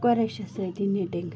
قۄریشَس سۭتی نِٹِنٛگ